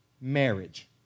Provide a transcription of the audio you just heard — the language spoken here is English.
Marriage